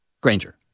Granger